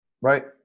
Right